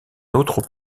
autre